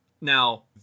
Now